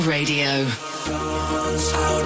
Radio